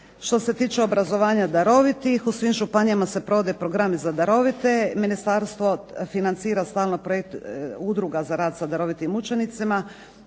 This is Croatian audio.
Što se tiče obrazovanja darovitih, u svim županijama se provode programi za darovite. Ministarstvo financira stalno projekt udruga za rad sa darovitim učenicima